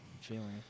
feeling